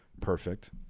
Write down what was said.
perfect